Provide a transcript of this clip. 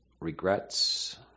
regrets